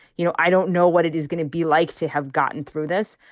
you know, i don't know what it is going to be like to have gotten through this.